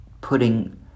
putting